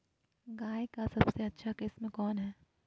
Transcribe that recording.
गाय का सबसे अच्छा किस्म कौन हैं?